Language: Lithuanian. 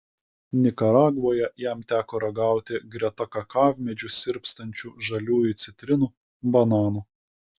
nikaragvoje jam teko ragauti greta kakavmedžių sirpstančių žaliųjų citrinų bananų